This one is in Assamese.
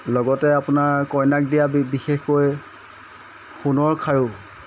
লগতে আপোনাৰ কইনাক দিয়া বিশেষকৈ সোণৰ খাৰু